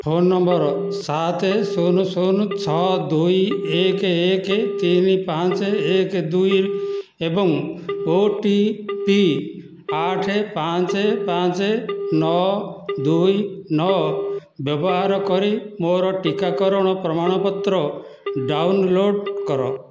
phone number ସାତ ଶୂନ ଶୂନ ଛଅ ଦୁଇ ଏକ ଏକ ତିନି ପାଞ୍ଚ ଏକ ଦୁଇ ଏବଂ ଓଟିପି ଆଠ ପାଞ୍ଚ ପାଞ୍ଚ ନଅ ଦୁଇ ନଅ ବ୍ୟବହାର କରି ମୋର ଟିକାକରଣ ପ୍ରମାଣପତ୍ର ଡାଉନଲୋଡ଼୍ କର